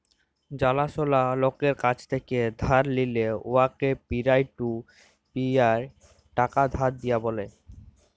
জালাশলা লকের কাছ থ্যাকে ধার লিঁয়ে উয়াকে পিয়ার টু পিয়ার টাকা ধার দিয়া ব্যলে